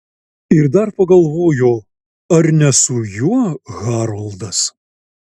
ir dar pagalvojo ar ne su juo haroldas